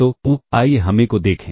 तो आइए हम ए को देखें